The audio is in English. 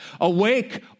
Awake